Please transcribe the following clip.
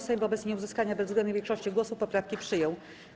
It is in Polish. Sejm wobec nieuzyskania bezwzględnej większości głosów poprawki przyjął.